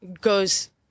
goes